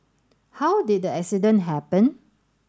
how did the accident happen